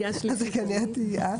אז זאת כנראה תהיי את.